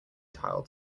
tiled